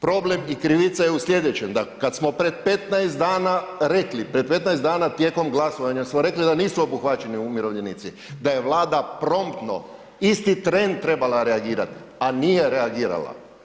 Problem i krivica je u slijedećem, da kad smo pred 15 dana rekli, pred 15 dana tijekom glasovanja smo rekli da nisu obuhvaćeni umirovljenici, da je Vlada promptno isti tren trebala reagirati, a nije reagirala.